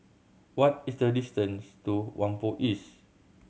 what is the distance to Whampoa East